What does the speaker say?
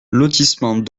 lotissement